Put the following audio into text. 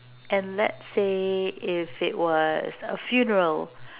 and let's say if it was a funeral